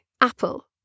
Apple